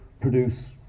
produce